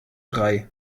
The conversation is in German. drei